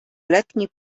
letni